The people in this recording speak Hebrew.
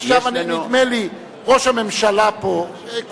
עכשיו, נדמה לי, ראש הממשלה פה.